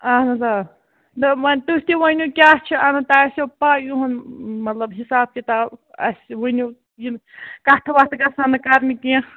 اَہَن حظ آ وۅنۍ تُہۍ تہِ ؤنِو کیٛاہ چھُ اَنُن تۄہہِ آسٮ۪و پےَ یُہُنٛد مطلب حِساب کِتاب اَسہِ ؤنِو یِم کَتھٕ وَتھٕ گژھان نہٕ کَرنہِ کیٚنٛہہ